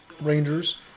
Rangers